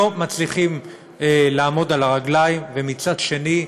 לא מצליחים לעמוד על הרגליים, מצד שני,